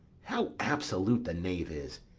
how absolute the knave is!